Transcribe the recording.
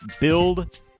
build